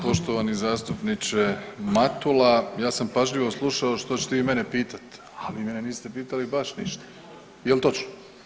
Poštovani zastupniče Matula, ja sam pažljivo slušao što ćete vi mene pitat, a vi mene niste pitali baš ništa. jel točno?